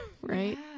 Right